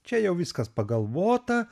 čia jau viskas pagalvota